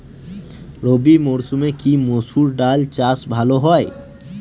রবি মরসুমে কি মসুর ডাল চাষ ভালো হয়?